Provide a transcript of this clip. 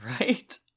right